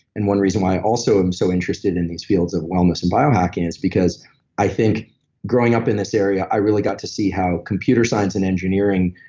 and one reason why i also am so interested in these fields of wellness and biohacking is because i think growing up in this area, i really got to see how computer science and engineering,